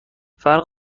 فرق